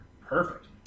Perfect